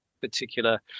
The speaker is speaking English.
particular